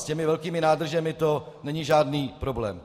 S těmi velkými nádržemi to není žádný problém.